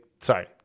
sorry